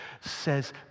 says